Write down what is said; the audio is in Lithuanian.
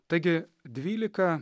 taigi dvylika